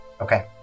Okay